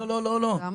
זה המון.